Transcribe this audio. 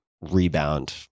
rebound